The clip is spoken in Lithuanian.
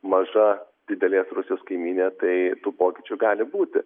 maža didelės rusijos kaimynė tai tų pokyčių gali būti